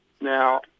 Now